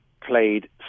played